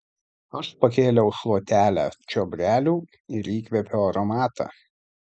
aš pakėliau šluotelę čiobrelių ir įkvėpiau aromatą